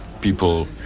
people